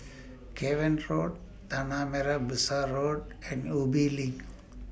Cavan Road Tanah Merah Besar Road and Ubi LINK